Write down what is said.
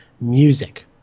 music